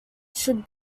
should